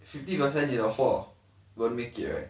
fifty percent 你的货 will make it right